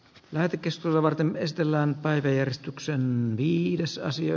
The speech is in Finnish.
väite kiistelevät esitellään taide esityksemme piirissä asia